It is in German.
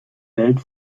welt